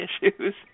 issues